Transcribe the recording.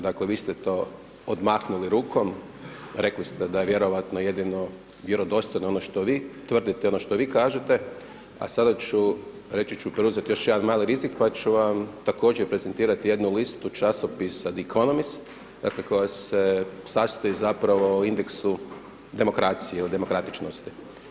Dakle vi ste to odmahnuli rukom, rekli ste da je vjerojatno jedino vjerodostojno ono što vi tvrdite i ono što vi kažete, a sada ću, reći ću preuzeti još jedan mali rizik pa ću vam također prezentirati jednu listu časopisa The Economist, dakle koja se sastoji zapravo u indeksu demokracije, o demokratičnosti.